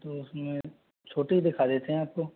तो उसमें छोटी दिखा देते है आपको